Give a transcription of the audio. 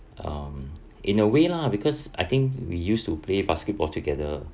um in a way lah because I think we used to play basketball together